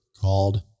called